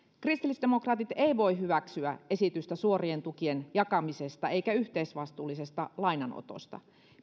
kristillisdemokraatit eivät voi hyväksyä esitystä suorien tukien jakamisesta eikä yhteisvastuullisesta lainanotosta